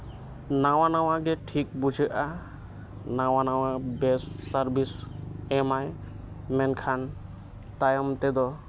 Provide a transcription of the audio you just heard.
ᱱᱟᱣᱟ ᱱᱟᱣᱟ ᱜᱮ ᱴᱷᱤᱠ ᱵᱩᱡᱷᱟᱹᱜᱼᱟ ᱱᱟᱣᱟ ᱱᱟᱣᱟ ᱵᱮᱥ ᱥᱟᱨᱵᱷᱤᱥ ᱮᱢᱟᱭ ᱢᱮᱱᱠᱷᱟᱱ ᱛᱟᱭᱚᱢ ᱛᱮᱫᱚ